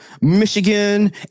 Michigan